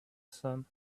sun